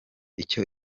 icyo